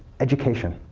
education.